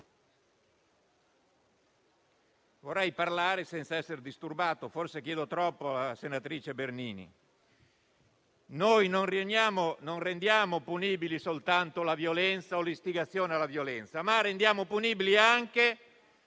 Vorrei parlare senza essere disturbato, forse chiedo troppo, senatrice Bernini. Non rendiamo punibili soltanto la violenza o l'istigazione alla violenza, ma anche